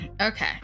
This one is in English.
Okay